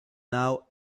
now